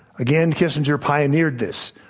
again, kissinger pioneered this.